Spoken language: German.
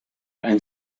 ein